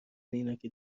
اینا، که